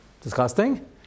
disgusting